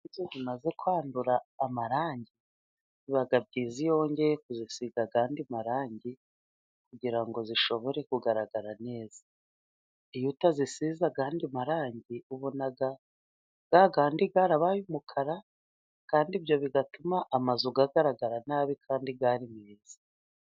Iyo inzu zimaze kwandura amarangi biba byiza iyo wongeye kuzisiga andi marangi kugira ngo zishobore kugaragara neza. Iyo utazisize andi marangi ubona yayandi yarabaye umukara, kandi ibyo bigatuma amazu agaragara nabi kandi yari meza.